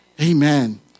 Amen